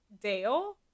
Dale